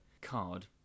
card